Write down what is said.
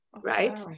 right